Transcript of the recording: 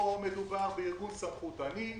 פה מדובר בארגון סמכותני,